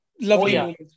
Lovely